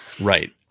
Right